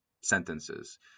sentences